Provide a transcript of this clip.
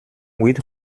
huit